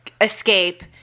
escape